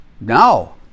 No